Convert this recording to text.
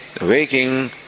waking